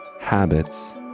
habits